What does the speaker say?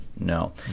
No